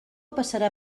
passarà